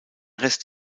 rest